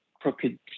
crooked